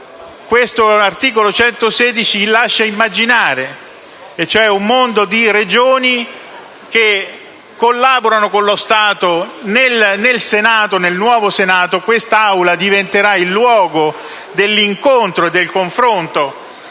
del popolo), lascia immaginare, cioè un mondo di Regioni che collaborano con lo Stato nel nuovo Senato. Quest'Aula diventerà il luogo dell'incontro e del confronto